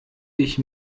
ich